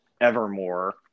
Evermore